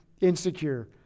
insecure